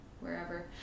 Wherever